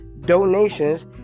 donations